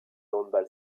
handball